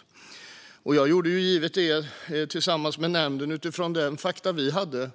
Jag och nämnden gjorde naturligtvis det utifrån de fakta vi hade